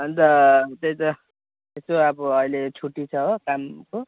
अन्त त्याही त यसो अब अहिले छुट्टी छ हो कामको